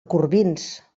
corbins